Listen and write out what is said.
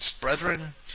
brethren